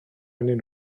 arnyn